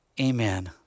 Amen